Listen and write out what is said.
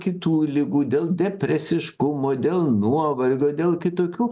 kitų ligų dėl depresiškumo dėl nuovargio dėl kitokių